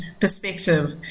perspective